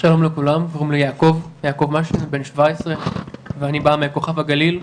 שלום לכולם קוראים לי יעקב בן 17 ואני בא מכוכב הגליל,